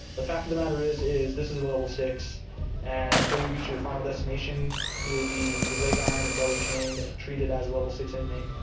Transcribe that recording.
the fact of the matter is, is this is ah level six and until you reach your final destination you will be leg ironed and belly chained and treated as a level six inmate.